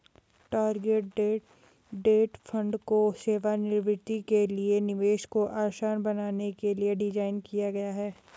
target date fund को सेवानिवृत्ति के लिए निवेश को आसान बनाने के लिए डिज़ाइन किया गया है